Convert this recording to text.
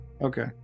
okay